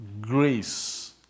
grace